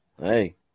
Hey